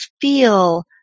feel